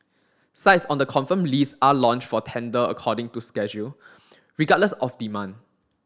sites on the confirmed list are launched for tender according to schedule regardless of demand